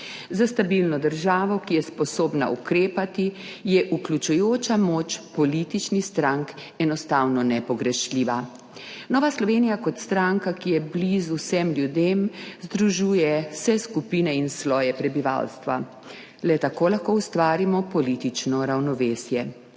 Za stabilno državo, ki je sposobna ukrepati, je vključujoča moč političnih strank enostavno nepogrešljiva. Nova Slovenija kot stranka, ki je blizu vsem ljudem, združuje vse skupine in sloje prebivalstva. Le tako lahko ustvarimo politično ravnovesje.